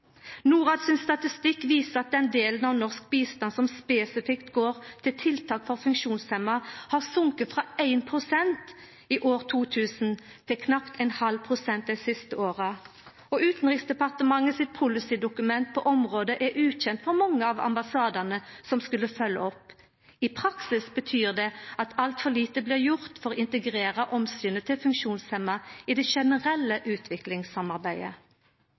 statistikk viser at den delen av norsk bistand som spesifikt går til tiltak for funksjonshemma, har gått ned frå 1 pst. i år 2000 til knapt 0,5 pst. dei siste åra. Utanriksdepartementet sitt policy-dokument på området er ukjent for mange av ambassadane som skulle følgja opp. I praksis betyr det at altfor lite blir gjort for å integrera omsynet til funksjonshemma i det generelle utviklingssamarbeidet.